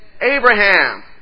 Abraham